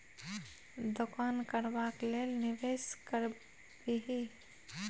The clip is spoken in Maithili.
दोकान करबाक लेल निवेश करबिही